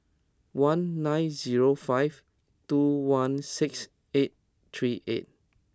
one nine zero five two one six eight three eight